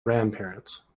grandparents